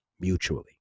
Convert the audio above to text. mutually